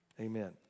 Amen